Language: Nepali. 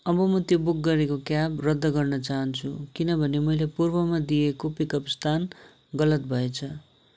अब म त्यो बुक गरेको क्याब रद्द गर्न चाहन्छु किनभने मैले पूर्वमा दिएको पिक अप स्थान गलत भएछ